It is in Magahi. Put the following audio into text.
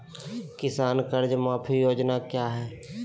किसान कर्ज माफी योजना क्या है?